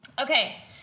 Okay